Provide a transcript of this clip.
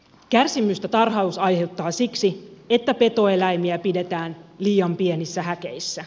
kärsimystä tarhaus aiheuttaa siksi että petoeläimiä pidetään liian pienissä häkeissä